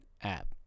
app